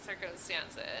circumstances